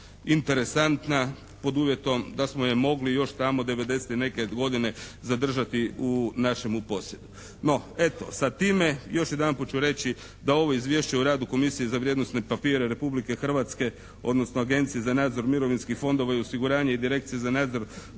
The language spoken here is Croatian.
interesantna pod uvjetom da smo je mogli još tamo devedeset i neke godine zadržati u našemu posjedu. No, eto, sa time još jedanput ću reći da ovo izvješće o radu Komisije za vrijednosne papire Republike Hrvatske, odnosno Agencije za nadzor mirovinskih fondova i osiguranje i direkcija za nadzor